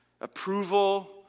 approval